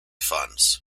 funds